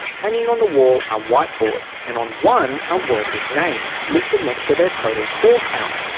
hanging on the wall are whiteboards and on one are workers' names listed next to their total call count.